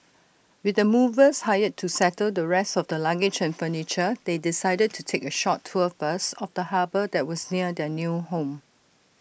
with the movers hired to settle the rest of the luggage and furniture they decided to take A short tour first of the harbour that was near their new home